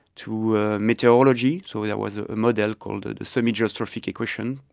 to ah meteorology, so that was a model called the semi-geostrophic equation,